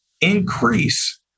increase